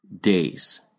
days